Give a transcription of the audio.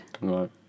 Right